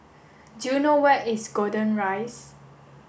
do you know where is Golden Rise